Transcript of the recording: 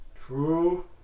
True